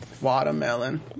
Watermelon